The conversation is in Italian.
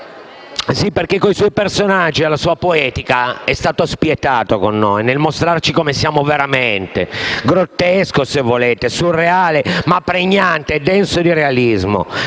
Sì, perché coi suoi personaggi e la sua poetica è stato spietato nel mostrarci come siamo veramente, grottesco se volete, surreale ma pregnante e denso di realismo.